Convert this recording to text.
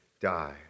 die